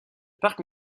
parc